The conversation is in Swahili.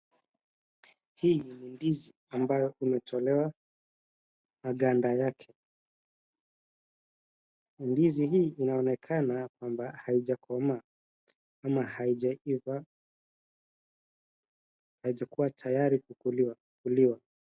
Hii ni ndizi ambayo imetolewa maganda yake. Ndizi hii inaonekana kwamba haijakomaa ama haijaiva, haijakuwa tayari kuliwa.